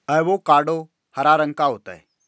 avocado हरा रंग का फल होता है